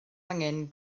angen